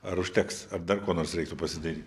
ar užteks ar dar ko nors reiktų pasidairy